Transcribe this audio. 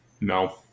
No